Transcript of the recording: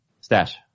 Stash